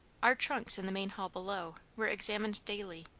our trunks in the main hall below were examined daily,